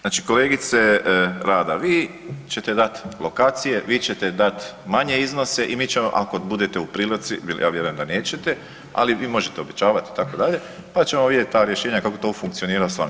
Znači kolegice Rada, vi ćete dat lokacije, vi ćete dat manje iznose i mi ćemo ako budete u prilici, ja vjerujem da nećete, ali vi možete obećavat itd., pa ćemo vidjet ta rješenja kako to funkcionira s vama.